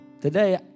today